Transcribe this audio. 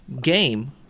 game